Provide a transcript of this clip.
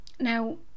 Now